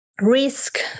risk